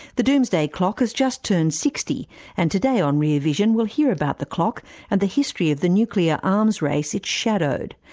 the doomsday clock has just turned sixty and today today on rear vision, we'll hear about the clock and the history of the nuclear arms race it shadowed,